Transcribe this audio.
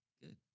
good